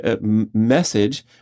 message